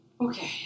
Okay